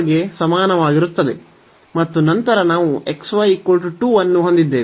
ಗೆ ಸಮಾನವಾಗಿರುತ್ತದೆ ಮತ್ತು ನಂತರ ನಾವು xy 2 ಅನ್ನು ಹೊಂದಿದ್ದೇವೆ